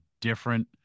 different